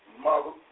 mother